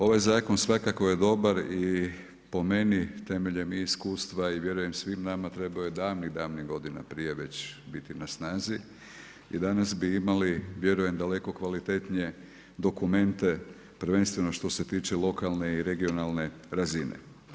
Ovaj zakon svakako je dobar i po meni temeljem i iskustva i vjerujem svima nama trebao je davnih godina prije već biti na snazi i danas bi imali vjerujem daleko kvalitetnije dokumente prvenstveno što se tiče lokalne i regionalne razine.